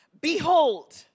Behold